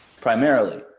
primarily